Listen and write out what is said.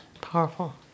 Powerful